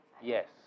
Yes